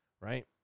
right